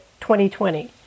2020